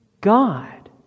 God